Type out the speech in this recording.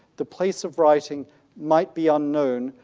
the place of writing might be unknown,